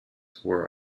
were